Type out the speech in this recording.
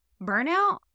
burnout